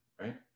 right